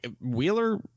wheeler